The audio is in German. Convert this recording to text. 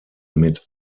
mit